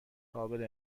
قابل